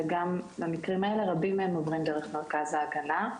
וגם במקרים האלה רבים מהם עוברים דרך מרכז ההגנה,